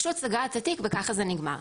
היא פשוט סגרה את התיק, וככה זה נגמר.